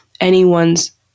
anyone's